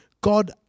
God